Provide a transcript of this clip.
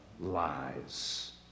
lies